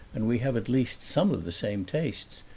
and we have at least some of the same tastes,